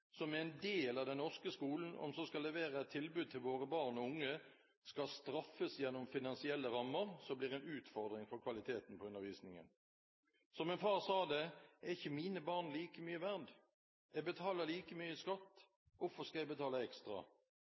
som er en del av den norske skolen, og som skal levere et tilbud til våre barn og unge, skal straffes gjennom finansielle rammer som blir en utfordring for kvaliteten på undervisningen. Som en far sa det: Er ikke mine barn like mye verdt? Jeg betaler like mye i skatt! Hvorfor skal jeg betale ekstra?